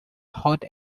hot